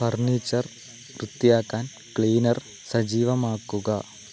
furniture വൃത്തിയാക്കാൻ cleaner സജീവമാക്കുക